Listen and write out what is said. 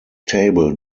table